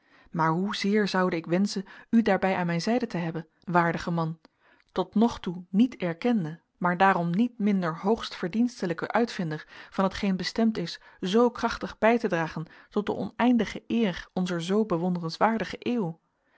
maar hoe zeer zoude ik wenschen u daarbij aan mijne zijde te hebben waardige man tot nog toe niet erkende maar daarom niet minder hoogst verdienstelijke uitvinder van hetgeen bestemd is zoo krachtig bij te dragen tot de oneindige eer onzer zoo bewonderenswaardige eeuw